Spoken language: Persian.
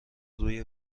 روی